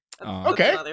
Okay